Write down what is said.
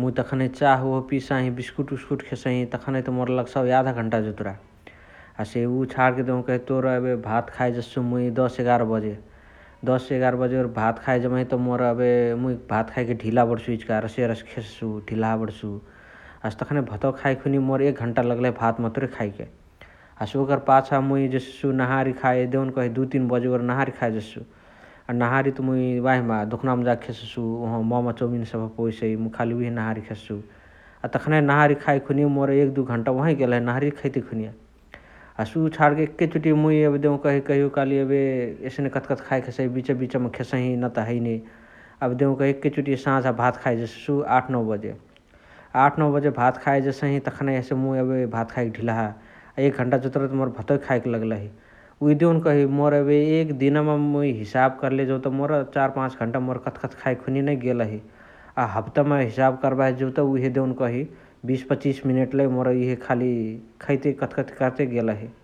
मुइ तखनही चाह ओह पिय साही बिस्कुट उस्कुट खेसही । तखनही त मोर लग्साउ याधा घण्टा जतुरा । हसे उअ छाणके देउकही तोर एबे भात खाए जेससु दश एगर्ह बजे । दश एगर्ह बजे ओरि भात खाए जेबहित मोर अबे मुइ भात खाएके धिला बणसु इचिका रसे रसे खेससु धिलहा बणसु । हसे तखानही भातवा खाइ खुनिया मोर एक घण्टा लगलही भात मतुरे खाएके । हसे ओकरा पाछा मुइ जेससु नाहारी खाए देउन्कही दु तीन बजे ओरि नाहारी खाए जेससु । अ नहारित मुइ वाहिमा दोकनअवमा खेससु ओहावा मम चौमिन सबह पवेसइ । खाली उहे नाहारी खेससु । अ तखनही नहारी खाइ खुनिया मोर एक दुइ घण्टा मोर ओहवै गेलही नहरिया खैते खुनिया । हसे उ छाणके एके चोती मुइ एबे देउकही कहियोकाली एबे एस्ने कथकथि खाए हसइ बिचबिचमा खेसही नत हैने । एबे देउकही एके चोटी साझा भात खाए जेससु आठ नौ बजे । आठ नौ बजे भात खाए जेसही तखानही मुइ एबे भात खाएके धिलहा अ एक घण्टा जतुरा त मोर भातवा खाएके लगलही । उहे देउन्कही मोर एक दिनमा मुइ हिसाब कर्ले जौत चार पाच घण्टा मोर कथकथि खाए खुनिय नै गेलही । अ हप्तामा हिसाब कर्बाही जौत उहे देउन्कही बिस पछीस मिनेट लइ मोर इहे खाली खैते कथकथि कर्ते गेलही ।